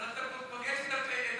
אבל אתה פוגש את הפוליטיקאים,